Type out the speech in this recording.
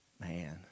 man